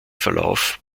verlauf